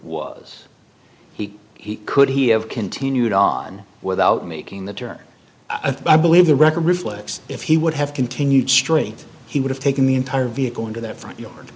was he he could he have continued on without making the turn i believe the record reflects if he would have continued straight he would have taken the entire vehicle into their front yard